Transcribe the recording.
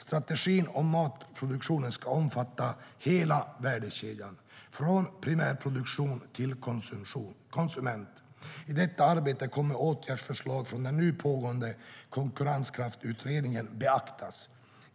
Strategin om matproduktionen ska omfatta hela värdekedjan, från primärproduktion till konsument. I detta arbete kommer åtgärdsförslag från den nu pågående Konkurrenskraftsutredningen att beaktas.